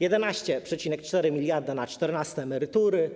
11,4 mld zł na czternaste emerytury.